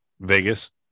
Vegas